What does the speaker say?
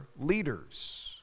leaders